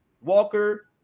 Walker